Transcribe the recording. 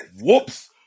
Whoops